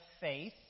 faith